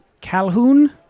Calhoun